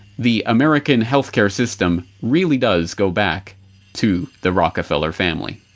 the american healthcare system really does go back to the rockefeller family.